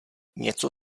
něco